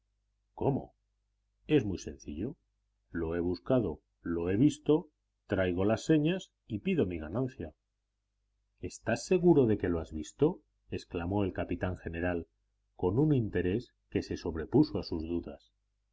cómo es muy sencillo lo he buscado lo he visto traigo las señas y pido mi ganancia estás seguro de que lo has visto exclamó el capitán general con un interés que se sobrepuso a sus dudas